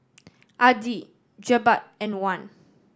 Adi Jebat and Wan